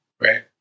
right